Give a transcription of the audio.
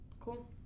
Cool